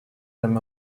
them